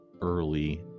early